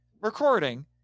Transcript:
recording